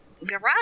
Garage